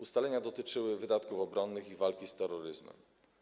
Ustalenia dotyczyły wydatków obronnych i walki z terroryzmem.